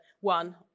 one